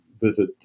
visit